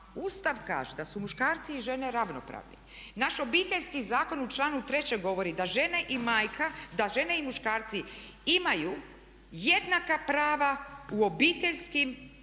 Ustav kaže da su muškarci i žene ravnopravni. Naš obiteljski zakon u članku 3. govori da žene i muškarci imaju jednaka prava u obiteljskim i